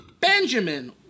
Benjamin